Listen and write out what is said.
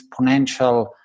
exponential